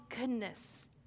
goodness